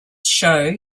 show